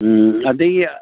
ꯎꯝ ꯑꯗꯒꯤ